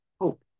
hope